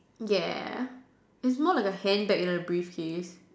ya its more like a hand bag then a brief case